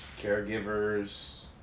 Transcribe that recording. caregivers